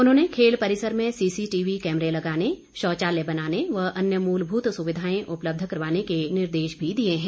उन्होंने खेल परिसर में सीसीटीवी कैमरे लगाने शौचालय बनाने व अन्य मूलभूत सुविधाएं उपलब्ध करवाने के निर्देश भी दिए है